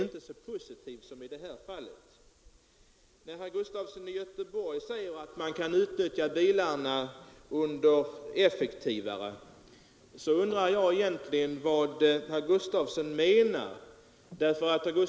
Herr Gustafson i Göteborg säger att man kan utnyttja bilarna effektivare andra dagar. Jag undrar vad herr Gustafson egentligen menar.